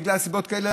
מסיבות כאלה,